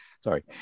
Sorry